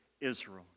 Israel